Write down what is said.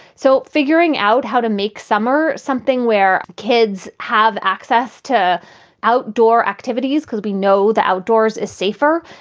so figuring out how to make summer something where kids have access to outdoor activities because we know the outdoors is safer,